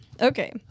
Okay